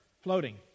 floating